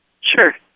Sure